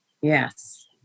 Yes